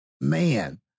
man